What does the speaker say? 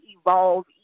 evolve